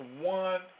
one